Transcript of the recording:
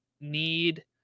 need